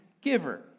giver